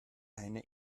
eine